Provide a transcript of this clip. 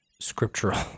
scriptural